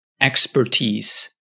expertise